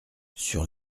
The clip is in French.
sur